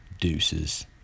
Deuces